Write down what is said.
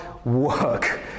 Work